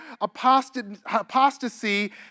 apostasy